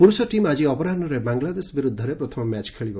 ପୁରୁଷ ଟିମ୍ ଆଙ୍କି ଅପରାହ୍ନରେ ବାଂଲାଦେଶ ବିରୁଦ୍ଧରେ ପ୍ରଥମ ମ୍ୟାଚ୍ ଖେଳିବ